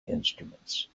instruments